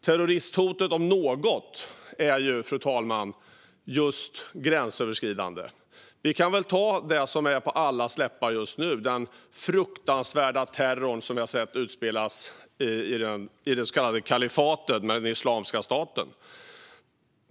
Terroristhotet om något är ju, fru talman, just gränsöverskridande. Vi kan ta det som är på allas läppar just nu som exempel, nämligen den fruktansvärda terror som vi har sett utspelas i det så kallade kalifatet av den Islamiska staten.